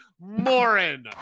Morin